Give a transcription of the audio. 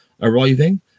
arriving